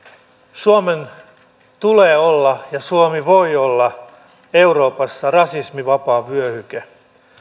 suomen tulee olla ja suomi voi olla euroopassa rasismivapaa vyöhyke